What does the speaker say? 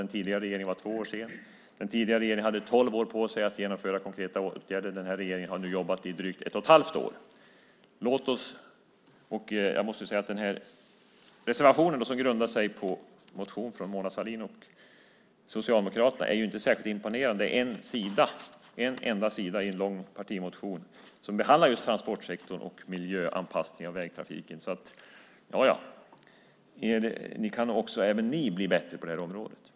Den tidigare regeringen var två år sen. Den tidigare regeringen hade tolv år på sig att genomföra konkreta åtgärder. Den här regeringen har nu jobbat i drygt ett och ett halvt år. Jag måste säga att reservationen som grundar sig på en motion från Mona Sahlin och Socialdemokraterna inte är särskilt imponerande - en enda sida i en lång partimotion som behandlar just transportsektorn och miljöanpassning av vägtrafiken. Så även ni kan bli bättre på det här området.